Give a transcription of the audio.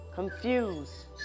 Confused